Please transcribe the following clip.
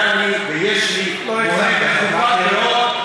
היה לי ויש לי מורה מכובד מאוד,